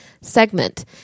segment